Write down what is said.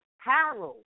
Harold